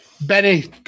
Benny